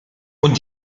und